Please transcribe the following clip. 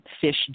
fish